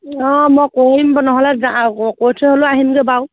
অঁ মই কৰিম নহ'লে যা কৈ থৈ হ'লেও আহিমগৈ বাৰু